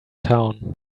town